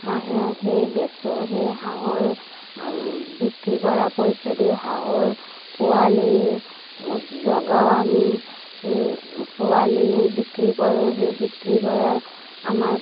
হাঁহে সেই বেচো সেই হাঁহৰ বিক্ৰী কৰা পইচাইদি হাহঁৰ পোৱালি জগাও আমি সেই পোৱালিও বিক্ৰী কৰোঁ সেই বিক্ৰী কৰাৰ আমাৰ